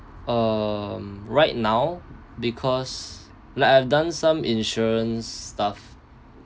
um right now because like I've done some insurance stuff